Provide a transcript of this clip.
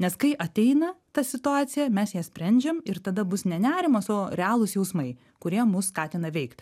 nes kai ateina ta situacija mes ją sprendžiam ir tada bus ne nerimas o realūs jausmai kurie mus skatina veikt